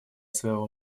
своего